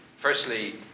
Firstly